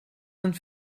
sind